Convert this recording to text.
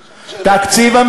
תקשיב.